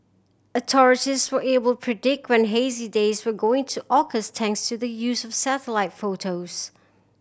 authorities were able predict when hazy days were going to occur thanks to the use of satellite photos